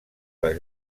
les